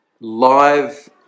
live